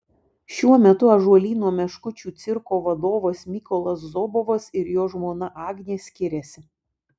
šiuo metu ąžuolyno meškučių cirko vadovas mykolas zobovas ir jo žmona agnė skiriasi